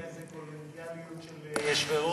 ראית איזו קולגיאליות של יושבי-ראש?